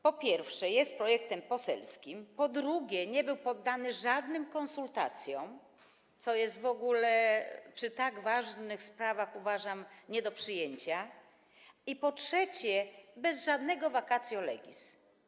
Po pierwsze, jest projektem poselskim, po drugie, nie był poddany żadnym konsultacjom, co jest w ogóle przy tak ważnych sprawach, uważam, nie do przyjęcia, i po trzecie, jest bez żadnego vacatio legis.